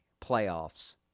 playoffs